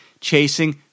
chasing